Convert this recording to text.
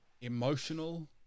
emotional